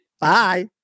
Bye